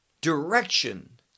direction